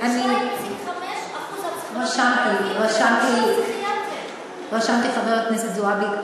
2.5%. רשמתי לפני, חברת הכנסת זועבי.